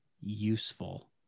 useful